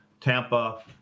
Tampa